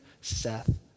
Seth